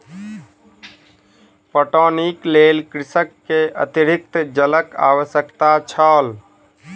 पटौनीक लेल कृषक के अतरिक्त जलक आवश्यकता छल